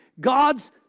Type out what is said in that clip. God's